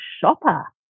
shopper